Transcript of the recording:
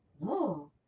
No